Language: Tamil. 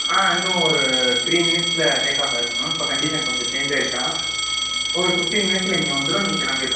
ஆ இன்னும் ஒரு த்ரீ மினிட்ஸில் டேக் ஆஃப் ஆயிரும் மேம் இப்போ கண்டிஷன் கொஞ்சம் சேஞ்ச் ஆயிருச்சாம் ஒரு ஃபிஃப்டின் மினிட்ஸில் இங்கே வந்துரும் நீங்கள் கிளம்பிட்லாம்